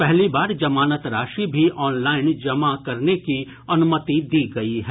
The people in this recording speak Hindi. पहली बार जमानत राशि भी ऑनलाइन जमा जमा करने की अनुमति दी गयी है